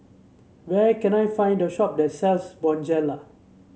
where can I find the shop that sells Bonjela